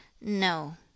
No